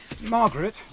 Margaret